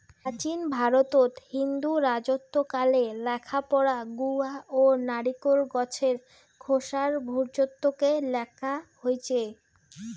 প্রাচীন ভারতত হিন্দু রাজত্বকালে লেখাপড়া গুয়া ও নারিকোল গছের খোসার ভূর্জত্বকে লেখা হইচে